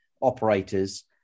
operators